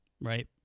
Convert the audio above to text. Right